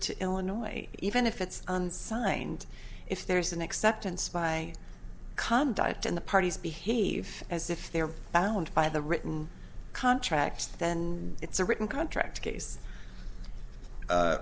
to illinois even if it's unsigned if there's an acceptance by conduct in the parties behave as if they are bound by the written contract then it's a written contract case